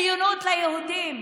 עליונות ליהודים.